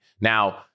Now